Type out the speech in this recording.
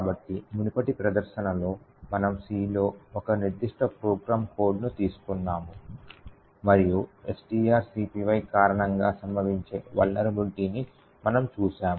కాబట్టి మునుపటి ప్రదర్శనలో మనము Cలో ఒక నిర్దిష్ట ప్రోగ్రామ్ కోడ్ను తీసుకున్నాము మరియు strcpy కారణంగా సంభవించే వలనరబిలిటీని మనము చూశాము